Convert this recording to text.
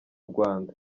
rwanda